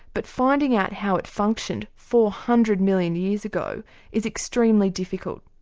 but finding out how it functioned four hundred million years ago is extremely difficult.